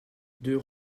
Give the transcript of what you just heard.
deux